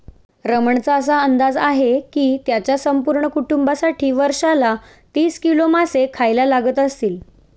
रमणचा असा अंदाज आहे की त्याच्या संपूर्ण कुटुंबासाठी वर्षाला तीस किलो मासे खायला लागत असतील